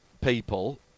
people